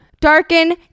darken